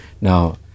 Now